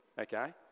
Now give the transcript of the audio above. okay